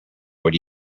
what